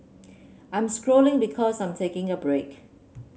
I'm scrolling because I'm taking a break